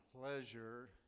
pleasure